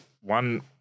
one